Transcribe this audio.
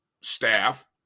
staff